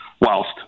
whilst